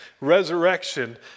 resurrection